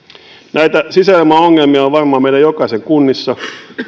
näitä sisäilmaongelmia on on varmaan meidän jokaisen kunnassa